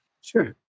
Sure